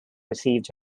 received